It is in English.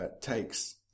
takes